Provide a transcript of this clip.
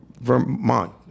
Vermont